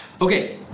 Okay